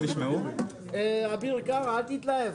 בואו נעצור את ההתלהבות.